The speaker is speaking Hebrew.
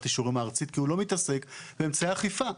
האישורים הארצית - כי הוא לא מתעסק באמצעי אכיפה.